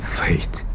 ...fate